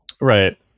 Right